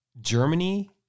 Germany